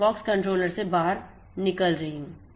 मैं POX controller से बाहर निकल रहा हूं